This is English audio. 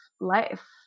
life